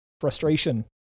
frustration